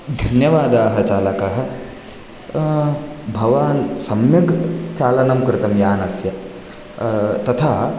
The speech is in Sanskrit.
धन्यवादाः चालकः भवान् सम्यक् चालनं कृतं यानस्य तथा